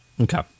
Okay